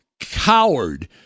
coward